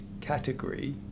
category